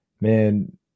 man